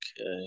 Okay